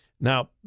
Now